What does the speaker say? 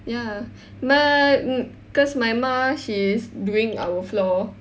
ya but cause my ma she's doing our floor